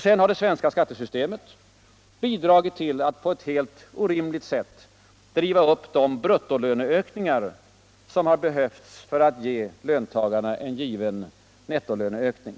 Sedan har det svenska skattesystemet bidragit till att på ett helt orimligt sätt driva upp de bruttolöneökningar som har behövts för att ge löntagarna en given netuolöncökning.